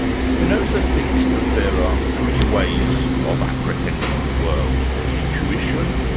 spinoza thinks that there are three ways of apprehending the world. there's intuition,